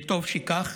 וטוב שכך,